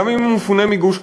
גם אם הוא מפונה מגוש-קטיף,